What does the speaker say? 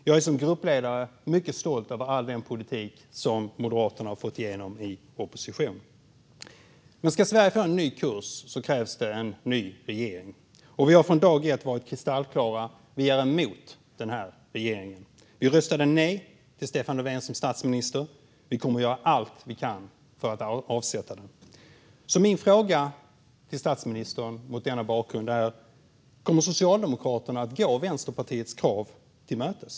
Jag är som gruppledare mycket stolt över all den politik som Moderaterna har fått igenom i opposition. Men ska Sverige få en ny kurs krävs det en ny regering. Vi har från dag ett varit kristallklara: Vi är emot den här regeringen. Vi röstade nej till Stefan Löfven som statsminister, och vi kommer att göra allt vi kan för att avsätta regeringen. Min fråga till statsministern är mot denna bakgrund: Kommer Socialdemokraterna att gå Vänsterpartiets krav till mötes?